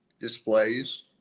displays